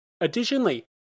Additionally